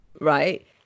right